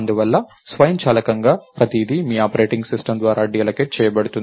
అందువలన స్వయంచాలకంగా ప్రతిదీ మీ ఆపరేటింగ్ సిస్టమ్ ద్వారా డీఅల్లోకేట్ చేయబడుతుంది